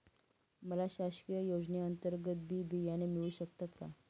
मला शासकीय योजने अंतर्गत बी बियाणे मिळू शकतात का?